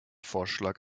vorschlag